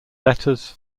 letters